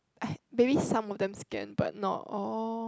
uh maybe some of them scan but not all